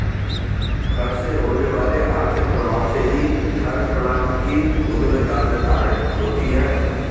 कर से होने वाले आर्थिक प्रभाव से ही कर प्रणाली की उत्तमत्ता निर्धारित होती है